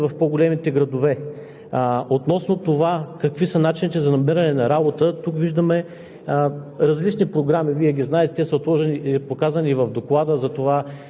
когато говорим за образованието, когато говорим за намирането на работа и така нататък. Това са тенденции, които мисля, че са нормални, имайки предвид, че по-елитните учебни заведения са в по големите градове.